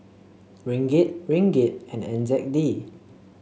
Ringgit Ringgit and N Z D